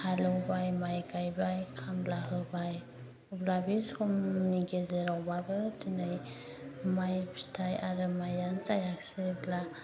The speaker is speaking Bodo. हालेवबाय माइ गायबाय खामला होबाय अब्ला बे समनि गेजेरावबाबो दिनै माइ फिथाइ आरो माइआनो जायासैब्ला